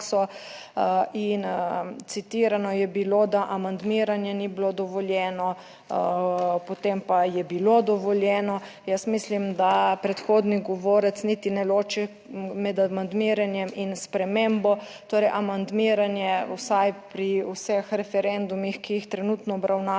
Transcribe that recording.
in citirano je bilo, da amandmiranje ni bilo dovoljeno, potem pa je bilo dovoljeno. Jaz mislim, da predhodni govorec niti ne loči med amandmiranjem in spremembo, torej amandmiranje vsaj pri vseh referendumih, ki jih trenutno obravnava